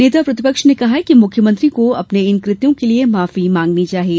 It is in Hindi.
नेता प्रतिपक्ष ने कहा कि मुख्यमंत्री को अपने इन कृत्यों के लिए माफी मांगना चाहिए